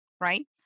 right